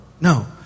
no